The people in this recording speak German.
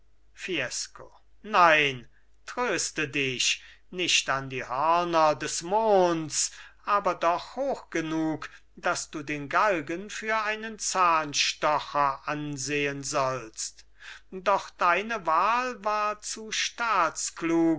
fiesco nein tröste dich nicht an die hörner des monds aber doch hoch genug daß du den galgen für einen zahnstocher ansehen sollst doch deine wahl war zu